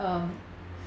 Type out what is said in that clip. um